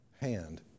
hand